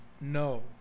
No